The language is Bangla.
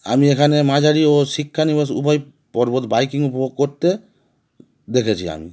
আমি এখানে মাঝারি ও শিক্ষা নিবস উভয় পর্বত বাইকিং উপভোগ করতে দেখেছি আমি